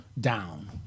down